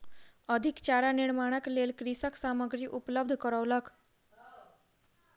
अधिक चारा निर्माणक लेल कृषक सामग्री उपलब्ध करौलक